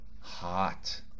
hot